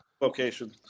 Location